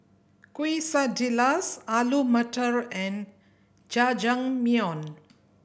Quesadillas Alu Matar and Jajangmyeon